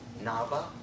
Nava